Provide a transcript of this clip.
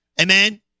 Amen